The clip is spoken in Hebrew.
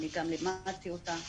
אני גם לימדתי אותה,